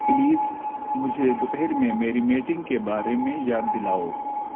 please مجھے دوپہر میں میری میٹنگ کے بارے میں یاد دلاؤ